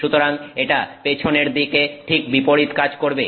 সুতরাং এটা পেছনের দিকে ঠিক বিপরীত কাজ করবে